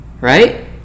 right